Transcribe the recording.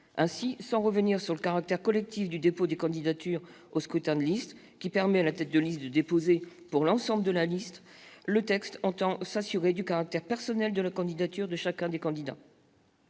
Ainsi, sans revenir sur le caractère collectif du dépôt des candidatures aux scrutins de liste, qui permet à la tête de liste de déposer pour l'ensemble de la liste, le texte entend s'assurer du caractère personnel de la candidature de chacun des candidats.